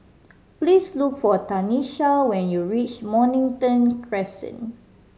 please look for Tanisha when you reach Mornington Crescent